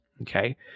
Okay